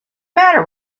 matter